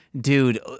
dude